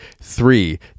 Three